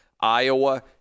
Iowa